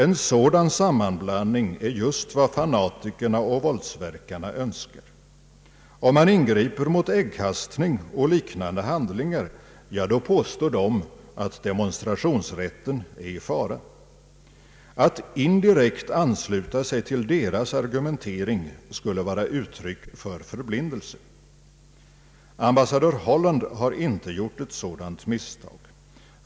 En sådan sammanblandning är just vad fanatikerna och våldsverkarna önskar. Om man ingriper mot äggkastning och liknande handlingar påstår de att demonstrationsrätten är i fara. Att indirekt ansluta sig till deras argumentering skulle vara uttryck för förblindelse. Ambassadör Holland har inte gjort ett sådant misstag.